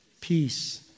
Peace